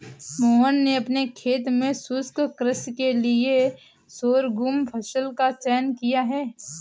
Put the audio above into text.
मोहन ने अपने खेत में शुष्क कृषि के लिए शोरगुम फसल का चयन किया है